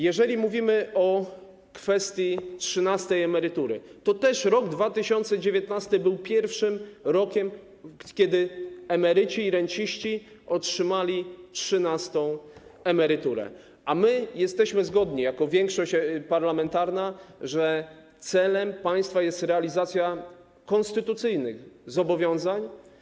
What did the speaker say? Jeżeli mówimy o kwestii trzynastej emerytury, to rok 2019 był pierwszym rokiem, kiedy emeryci i renciści otrzymali trzynastą emeryturę, a my jesteśmy zgodni, jako większość parlamentarna, że celem pastwa jest realizacja konstytucyjnych zobowiązań.